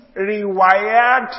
rewired